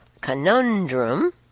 conundrum